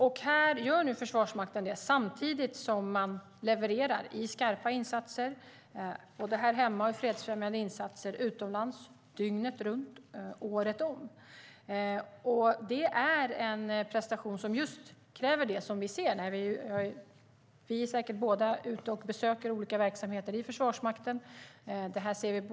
Försvarsmakten genomför nu det samtidigt som man levererar i skarpa insatser, både här hemma och i fredsfrämjande insatser utomlands dygnet runt året om. Det är en prestation som kräver engagemang. Och det ser vi när vi är ute och besöker olika verksamheter i Försvarsmakten, vilket vi säkert båda gör.